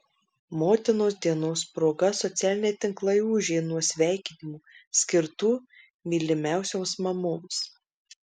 motinos dienos proga socialiniai tinklai ūžė nuo sveikinimų skirtų mylimiausioms mamoms